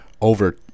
over